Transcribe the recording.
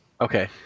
Okay